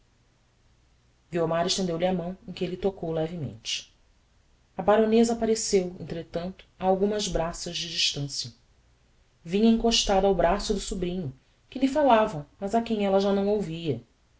guiomar estendeu-lhe a mão em que elle tocou levemente a baroneza appareceu entretanto a algumas braças de distancia vinha encostada ao braço do sobrinho que lhe falava mas a quem ella já não ouvia